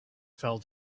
fell